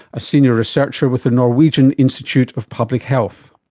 a senior researcher with the norwegian institute of public health.